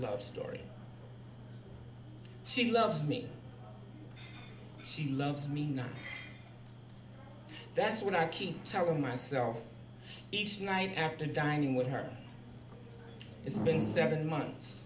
love story she loves me she loves me that's what i keep telling myself each night after dining with her it's been seven months